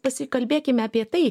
pasikalbėkime apie tai